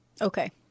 Okay